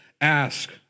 ask